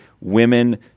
women